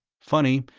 funny,